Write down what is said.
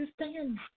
understand